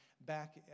back